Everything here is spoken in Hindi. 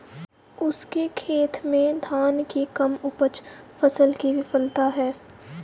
उसके खेत में धान की कम उपज फसल की विफलता है